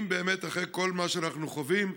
אחרי כל מה שאנחנו חווים,